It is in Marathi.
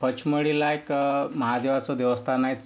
पचमढीला एक महादेवाचं देवस्थान आहे